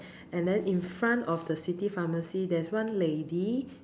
and then in front of the city pharmacy there's one lady